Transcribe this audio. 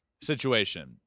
situation